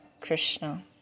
Krishna